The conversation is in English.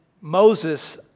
Moses